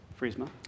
Friesma